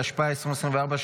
התשפ"ה 2024,